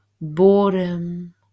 boredom